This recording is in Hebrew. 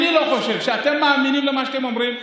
אני לא חושב שאתם מאמינים למה שאתם אומרים,